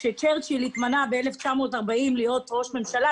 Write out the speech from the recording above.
כשצ'רצ'יל התמנה ב-1940 להיות ראש ממשלה,